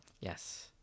yes